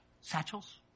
Satchels